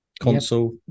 Console